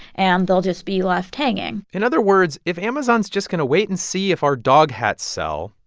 and they'll just be left hanging in other words, if amazon's just going to wait and see if our dog hats sell,